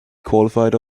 qualified